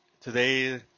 today